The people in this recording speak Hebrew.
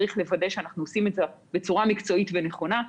צריך לוודא שאנחנו עושים את זה בצורה מקצועית ונכונה.